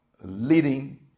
leading